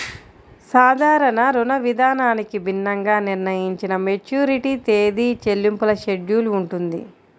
సాధారణ రుణవిధానానికి భిన్నంగా నిర్ణయించిన మెచ్యూరిటీ తేదీ, చెల్లింపుల షెడ్యూల్ ఉంటుంది